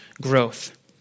growth